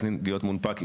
הזה.